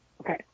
okay